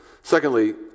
Secondly